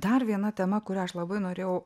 dar viena tema kurią aš labai norėjau